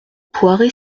poiré